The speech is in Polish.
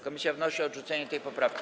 Komisja wnosi o odrzucenie tej poprawki.